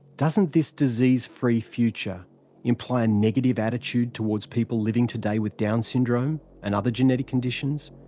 doesn't this disease-free future imply a negative attitude towards people living today with down syndrome and other genetic conditions?